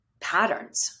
patterns